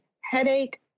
headache